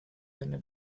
venne